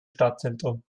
stadtzentrum